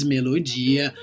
Melodia